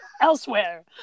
elsewhere